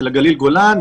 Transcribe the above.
של הגליל גולן,